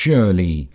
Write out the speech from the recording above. Surely